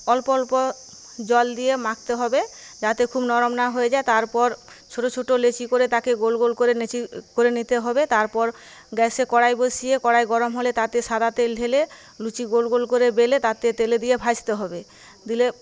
অল্প অল্প জল দিয়ে মাখতে হবে যাতে খুব নরম না হয়ে যায় তারপর ছোটো ছোটো লেচি করে তাকে গোল গোল করে লেচি করে নিতে হবে তারপর গ্যাসে কড়াই বসিয়ে কড়াই গরম হলে তাতে সাদা তেল ঢেলে লুচি গোল গোল করে বেলে তাতে তেলে দিয়ে ভাজতে হবে দিলে